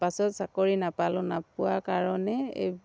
পাছত চাকৰি নাপালোঁ নোপোৱা কাৰণে এই